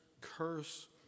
curse